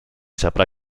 saprà